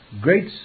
Great